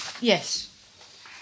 Yes